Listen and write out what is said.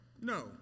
No